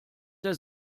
der